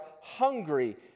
hungry